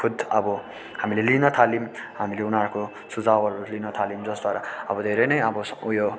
खुद अब हामीले लिन थाल्यौँ हामीले उनीहरूको सुझाउहरू लिन थाल्यौँ जसद्वारा अब धेरै नै अब उयो